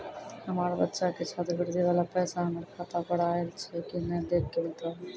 हमार बच्चा के छात्रवृत्ति वाला पैसा हमर खाता पर आयल छै कि नैय देख के बताबू?